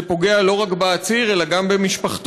זה פוגע לא רק בעציר אלא גם במשפחתו.